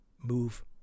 move